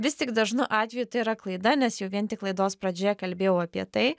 vis tik dažnu atveju tai yra klaida nes jau vien tik laidos pradžioje kalbėjau apie tai